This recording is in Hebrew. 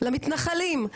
למתנחלים,